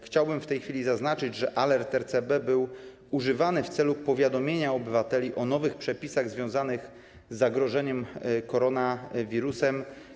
Chciałbym w tej chwili zaznaczyć, że alert RCB kilkukrotnie był używany w celu powiadomienia obywateli o nowych przepisach związanych z zagrożeniem koronawirusem.